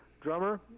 Drummer